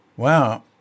Wow